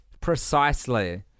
Precisely